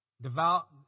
devout